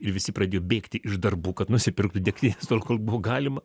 ir visi pradėjo bėgti iš darbų kad nusipirktų degtinės tol kol buvo galima